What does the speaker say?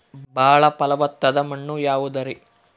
ಬಾಳ ಫಲವತ್ತಾದ ಮಣ್ಣು ಯಾವುದರಿ?